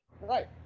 Right